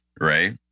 Right